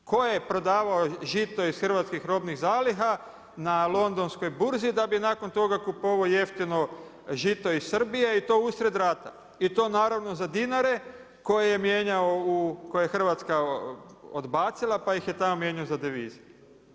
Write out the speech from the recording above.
Tko je prodavao žito iz hrvatskih robnih zaliha na Londonskoj burzi da bi nakon toga kupovao jeftino žito iz Srbije i to uslijed rata i to naravno za dinare koje je mijenjao u, koje je Hrvatska odbacila pa ih je tamo mijenjao za devize.